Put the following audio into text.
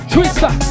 Twister